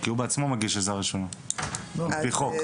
כי הוא בעצמו מגיש עזרה ראשונה על-פי חוק.